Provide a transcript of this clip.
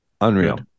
unreal